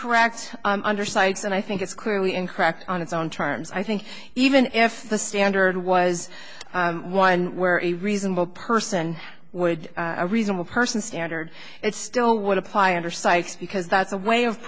correct undersides and i think it's clearly incorrect on its own terms i think even if the standard was one where a reasonable person would a reasonable person standard it still would apply under cites because that's a way of